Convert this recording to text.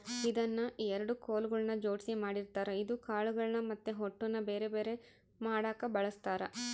ಇದನ್ನ ಎರಡು ಕೊಲುಗಳ್ನ ಜೊಡ್ಸಿ ಮಾಡಿರ್ತಾರ ಇದು ಕಾಳುಗಳ್ನ ಮತ್ತೆ ಹೊಟ್ಟುನ ಬೆರೆ ಬೆರೆ ಮಾಡಕ ಬಳಸ್ತಾರ